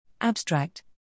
Abstract